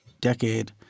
decade